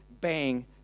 Bang